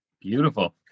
Beautiful